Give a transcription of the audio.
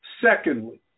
Secondly